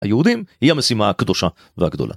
היהודים היא המשימה הקדושה והגדולה.